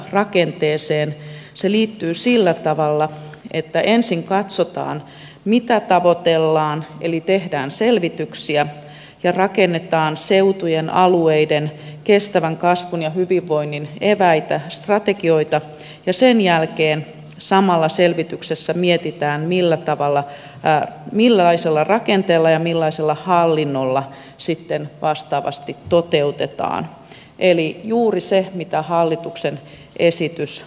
se liittyy sillä tavalla että ensin katsotaan mitä tavoitellaan eli tehdään selvityksiä ja rakennetaan seutujen alueiden kestävän kasvun ja hyvinvoinnin eväitä strategioita ja sen jälkeen samalla selvityksessä mietitään millaisella rakenteella ja millaisella hallinnolla sitten vastaavasti toteutetaan eli juuri sitä mitä hallituksen esitys on